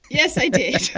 yes, i did